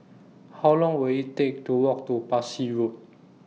How Long Will IT Take to Walk to Parsi Road